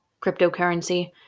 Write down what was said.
cryptocurrency